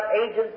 agents